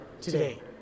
today